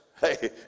Hey